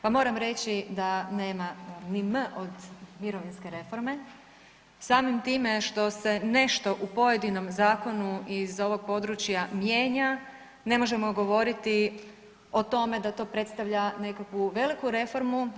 Pa moram reći da nema ni M od mirovinske reforme, samim time što se nešto u pojedinom zakonu iz ovog područja mijenja ne možemo govoriti o tome da to predstavlja nekakvu reformu.